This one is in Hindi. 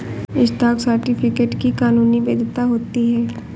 स्टॉक सर्टिफिकेट की कानूनी वैधता होती है